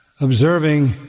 observing